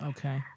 Okay